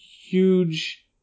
huge